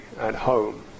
at-home